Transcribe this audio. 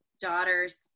Daughters